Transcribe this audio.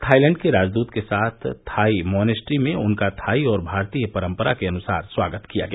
Thailand के राजदूत के साथ थाई मॉनेस्ट्री में उनका थाई और भारतीय परम्परा के अनुसार स्वागत किया गया